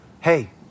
Hey